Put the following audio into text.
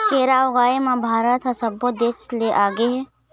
केरा ऊगाए म भारत ह सब्बो देस ले आगे हे